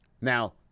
Now